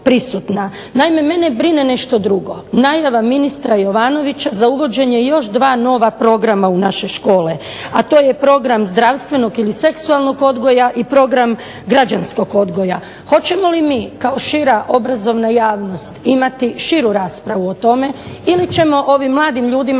Naime, mene brine nešto drugo. Najava ministra Jovanovića za uvođenje još dva nova programa u naše škole, a to je program zdravstvenog ili seksualnog odgoja i program građanskog odgoja. Hoćemo li mi kao šira obrazovna javnost imati širu raspravu o tome ili ćemo ovim mladim ljudima